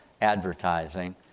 advertising